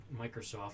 microsoft